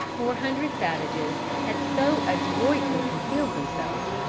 four hundred savages had so adroitly concealed themselves,